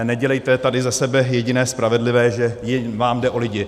Nedělejte tady ze sebe jediné spravedlivé, že vám jde o lidi.